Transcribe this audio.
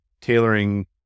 tailoring